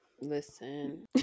listen